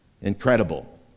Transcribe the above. Incredible